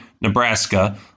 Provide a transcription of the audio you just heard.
Nebraska